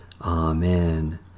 Amen